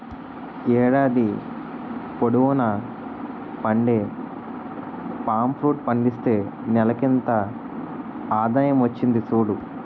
ఏడాది పొడువునా పండే పామ్ ఫ్రూట్ పండిస్తే నెలకింత ఆదాయం వచ్చింది సూడు